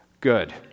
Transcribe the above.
Good